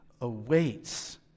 awaits